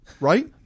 Right